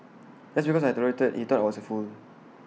just because I tolerated he thought I was A fool